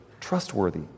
trustworthy